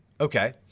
Okay